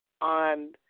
On